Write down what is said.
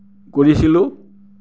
কৰিছিলোঁ